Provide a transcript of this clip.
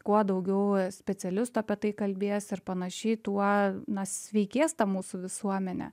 kuo daugiau specialistų apie tai kalbės ir panašiai tuo na sveikės ta mūsų visuomenė